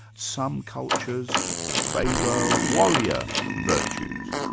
some cultures favour warrior virtues.